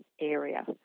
area